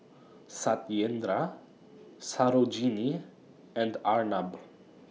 Satyendra Sarojini and Arnab